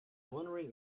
wondering